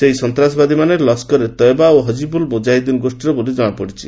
ସେହି ସନ୍ତାସବାଦୀମାନେ ଲସ୍କରେ ତୟବା ଓ ହିକ୍ବୁଲ୍ ମୁକାହିଦ୍ଦିନ୍ ଗୋଷ୍ଠୀର ବୋଲି ଜଣାପଡ଼ିଛି